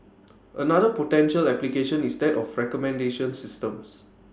another potential application is that of recommendation systems